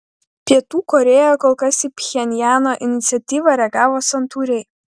pietų korėja kol kas į pchenjano iniciatyvą reagavo santūriai